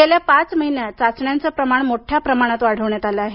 गेल्या पाच महिन्यात चाचण्यांचे प्रमाण मोठ्या प्रमाणात वाढवण्यात आले आहे